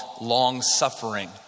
long-suffering